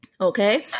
Okay